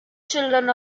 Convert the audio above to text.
children